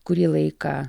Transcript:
kurį laiką